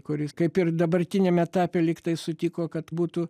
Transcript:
kuris kaip ir dabartiniam etape lygtai sutiko kad būtų